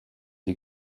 die